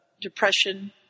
depression